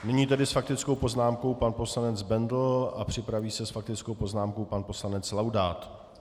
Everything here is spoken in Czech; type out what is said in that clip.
Nyní s faktickou poznámkou pan poslanec Bendl a připraví se s faktickou poznámkou pan poslanec Laudát.